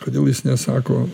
kodėl jis nesako